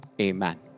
Amen